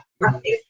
right